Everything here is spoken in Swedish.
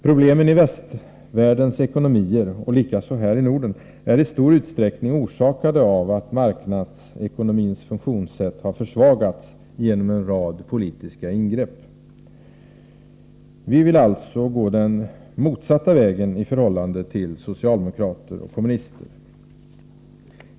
Problemen i västvärldens ekonomier och likaså här i Norden är i stor utsträckning orsakade av att marknadsekonomins funktionssätt har försvagats genom en rad politiska ingrepp. Vi vill alltså gå den motsatta vägen, i förhållande till socialdemokrater och kommunister.